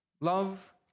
love